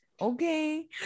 okay